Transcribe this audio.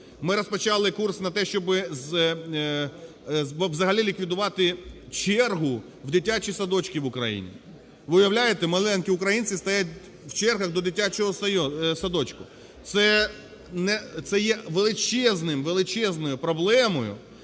Ми розпочали курс на те, щоби взагалі ліквідувати чергу в дитячі садочки в Україні. Ви уявляєте, маленькі українці стоять в чергах до дитячого садочку. Це є величезною проблемою,